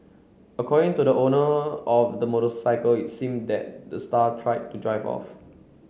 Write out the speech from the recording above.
according to the owner of the motorcycle it seemed that the star tried to drive off